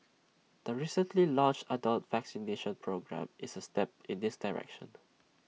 the recently launched adult vaccination programme is A step in this direction